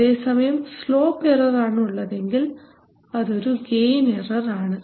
അതേസമയം slope error ആണ് ഉള്ളതെങ്കിൽ അതൊരു ഗെയിൻ എറർ ആണ്